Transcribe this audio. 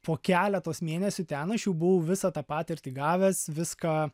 po keletos mėnesių ten aš jau buvau visą tą patirtį gavęs viską